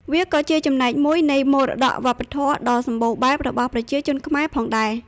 វាក៏ជាចំណែកមួយនៃមរតកវប្បធម៌ដ៏សម្បូរបែបរបស់ប្រជាជនខ្មែរផងដែរ។